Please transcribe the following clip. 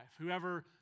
Whoever